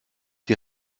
die